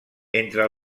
entre